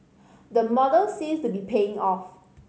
the model seems to be paying off